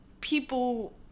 people